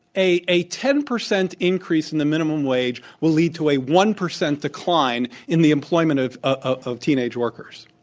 a a ten percent increase in the minimum wage will lead to a one percent decline in the employment of of teenage workers.